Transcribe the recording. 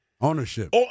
Ownership